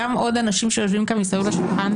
גם עוד אנשים שיושבים כאן מסביב לשולחן,